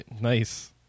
nice